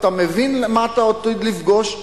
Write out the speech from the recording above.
אתה מבין מה אתה עתיד לפגוש,